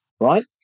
Right